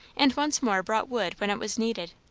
and once more brought wood when it was needed.